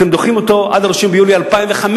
אתם דוחים אותה עד 1 ביולי 2015,